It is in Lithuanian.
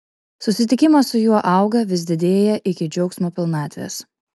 susitikimas su juo auga vis didėja iki džiaugsmo pilnatvės